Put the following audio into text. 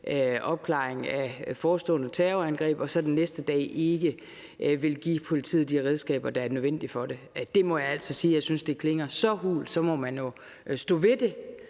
opklaring af forestående terrorangreb – og så den næste dag ikke vil give politiet de redskaber, der er nødvendige for det. Det må jeg altså sige jeg synes klinger så hult. Man må stå ved det,